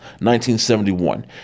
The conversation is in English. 1971